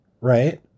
Right